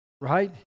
Right